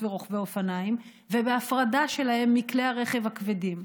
ורוכבי אופניים ובהפרדה שלהם מכלי הרכב הכבדים.